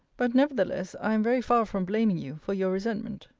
but nevertheless i am very far from blaming you for your resentment.